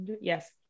yes